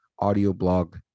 audioblog